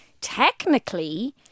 technically